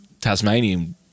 Tasmanian